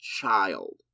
child